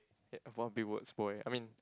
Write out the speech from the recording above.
eh what big words boy I mean